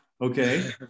Okay